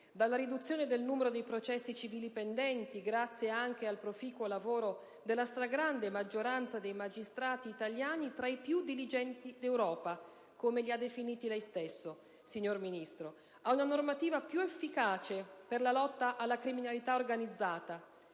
dalla riduzione del numero dei processi civili pendenti, grazie anche al proficuo lavoro della stragrande maggioranza dei magistrati italiani, tra i più diligenti d'Europa, come li ha definiti lei stesso, signor Ministro, ad una normativa più efficace per la lotta alla criminalità organizzata,